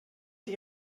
die